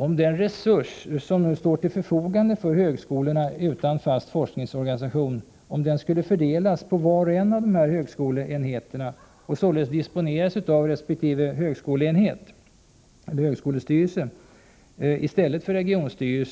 Om den resurs som nu står till förfogande för högskolor utan fast forskningsorganisation skulle fördelas på var och en av högskoleenheterna, och således disponeras av resp. högskolestyrelse i stället för av regionstyrel